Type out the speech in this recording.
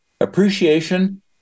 appreciation